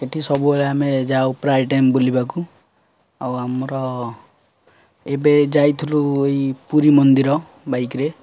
ଏଇଠି ସବୁବେଳେ ଆମେ ଯାଉ ପ୍ରାୟ ଟାଇମ୍ ବୁଲିବାକୁ ଆଉ ଆମର ଏବେ ଯାଇଥିଲୁ ଏଇ ପୁରୀ ମନ୍ଦିର ବାଇକ୍ରେ